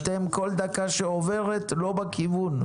כל דקה שעוברת אתם לא בכיוון,